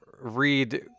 read